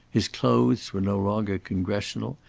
his clothes were no longer congressional,